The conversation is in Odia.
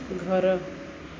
ଘର